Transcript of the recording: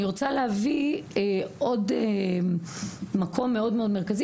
אני רוצה להביא עוד מקום מאוד מאוד מרכזי